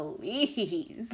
please